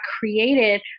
created